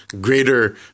greater